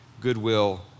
goodwill